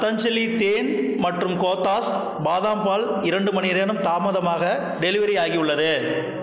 பதஞ்சலி தேன் மற்றும் கோத்தாஸ் பாதாம் பால் இரண்டு மணிநேரம் தாமதமாக டெலிவரி ஆகியுள்ளது